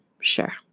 sure